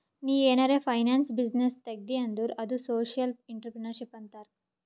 ನೀ ಏನಾರೆ finance business ತೆಗ್ದಿ ಅಂದುರ್ ಅದು ಸೋಶಿಯಲ್ ಇಂಟ್ರಪ್ರಿನರ್ಶಿಪ್ ಅಂತಾರ್